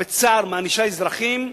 בצער, מענישה אזרחים סתם.